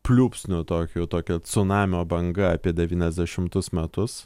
pliūpsniu tokiu tokia cunamio banga apie devyniasdešimtus metus